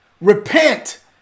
repent